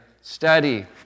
study